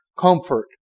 Comfort